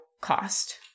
cost